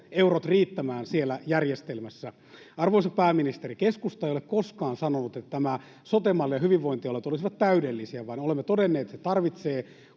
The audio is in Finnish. veroeurot riittämään siellä järjestelmässä. Arvoisa pääministeri, keskusta ei ole koskaan sanonut, että tämä sote-malli ja hyvinvointialueet olisivat täydellisiä, vaan olemme todenneet, että se tarvitsee